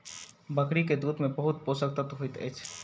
बकरी के दूध में बहुत पोषक तत्व होइत अछि